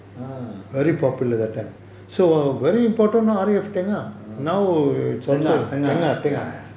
ah okay ah tengah tengah ya ya